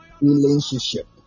relationship